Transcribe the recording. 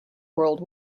world